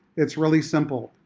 it's really simple.